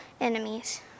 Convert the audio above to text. enemies